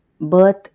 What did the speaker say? birth